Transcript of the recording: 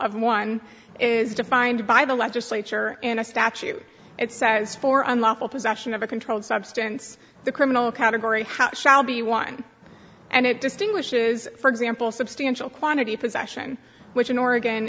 of one is defined by the legislature and a statute it says for unlawful possession of a controlled substance the criminal category how shall be one and it distinguishes for example substantial quantity of possession which in oregon